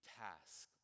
task